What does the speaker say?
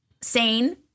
sane